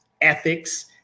ethics